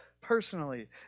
personally